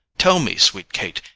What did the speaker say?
tell me, sweet kate,